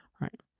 right